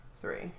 three